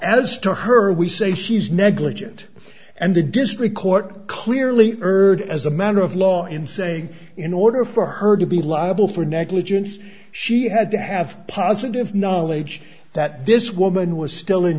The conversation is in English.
to her we say she's negligent and the district court clearly urged as a matter of law in saying in order for her to be liable for negligence she had to have positive knowledge that this woman was still in